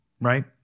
right